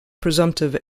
presumptive